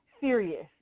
serious